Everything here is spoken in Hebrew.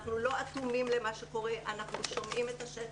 אנחנו לא אטומים למה שקורה, אנחנו שומעים את השטח,